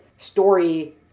story